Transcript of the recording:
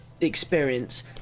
experience